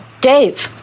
Dave